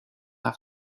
have